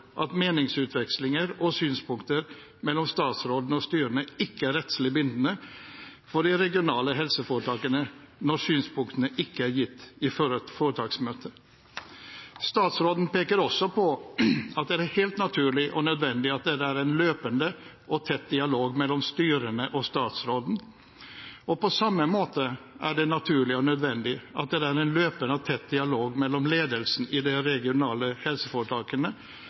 at meningsutvekslinger og synspunkter mellom statsråden og styrene ikke er rettslig bindende for de regionale helseforetakene når synspunktene ikke er gitt i foretaksmøte. Statsråden peker også på at det er helt naturlig og nødvendig at det er en løpende og tett dialog mellom styrene og statsråden, og på samme måte er det naturlig og nødvendig at det er en løpende og tett dialog mellom ledelsen i de regionale helseforetakene